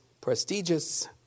prestigious